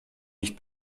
nicht